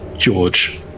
George